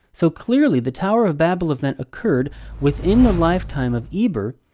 so clearly the tower of babel event occurred within the lifetime of eber,